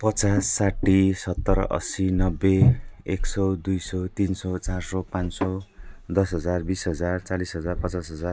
पचास साठी सत्तरी असी नब्बे एक सय दुई सय तिन सय चार सय पाँच सय दस हजार बिस हजार चालिस हजार पचास हजार